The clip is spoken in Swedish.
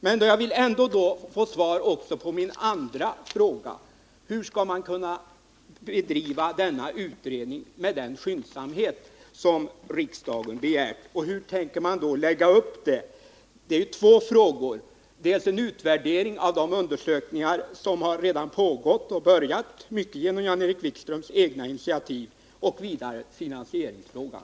Men jag vill ändå få svar också på min andra fråga: Hur skall man kunna bedriva denna utredning med den skyndsamhet som riksdagen begär och hur tänker man lägga upp arbetet. Det är två frågor det gäller, dels en utvärdering av de försök som redan har börjat och fortfarande pågår — mycket tack vare Jan-Erik Wikströms egna initivativ — dels finansieringsfrågan.